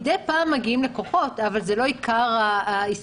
מדי פעם מגיעים לקוחות, אבל זה לא עיקר העיסוק.